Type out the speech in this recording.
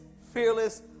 fearless